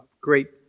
great